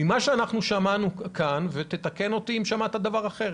ממה ששמענו כאן ותקן אותי אם שמעת דבר אחר